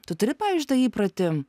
tu turi pavyzdžiui tą įprotį